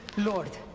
lord,